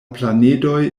planedoj